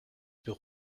jetzt